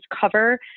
cover